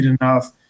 enough